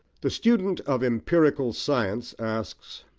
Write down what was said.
the student of empirical science asks,